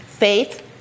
Faith